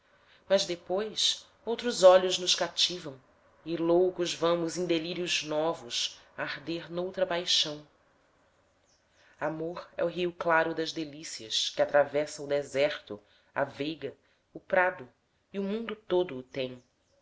mas depois outros olhos nos cativam e loucos vamos em delírios novos arder noutra paixão amor é ó rio claro das delícias que atravessa o deserto a veiga o prado e o mundo todo o tem